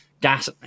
gas